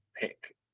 pick